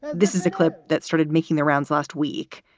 this is a clip that started making the rounds last week.